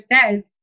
says